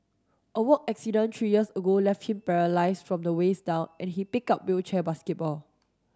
a work accident three years ago left him paralysed from the waist down and he picked up wheelchair basketball